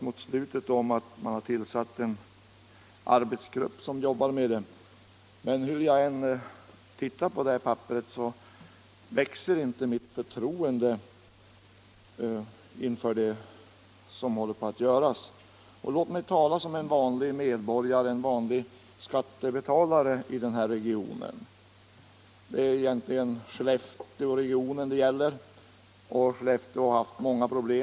Mot slutet säger industriministern att en arbetsgrupp har tillsatts som jobbar med frågan, men hur jag än studerar papperet växer inte mitt förtroende för det som håller på att göras. Låt mig tala som en vanlig medborgare, en vanlig skattebetalare i den här regionen. Skellefteåregionen, som det egentligen gäller, har haft många problem.